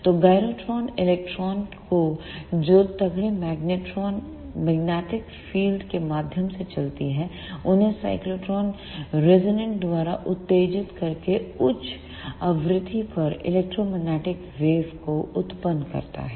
तोगायरोट्रॉनइलेक्ट्रॉनों को जो तगड़े मैग्नेटिक फील्ड के माध्यम से चलती है उन्हें साइक्लोट्रॉन रेजोनेंट द्वारा उत्तेजित करके उच्च आवृत्ति पर इलेक्ट्रोमैग्नेटिक वेव् को उत्पन्न करता है